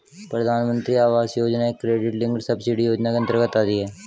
प्रधानमंत्री आवास योजना एक क्रेडिट लिंक्ड सब्सिडी योजना के अंतर्गत आती है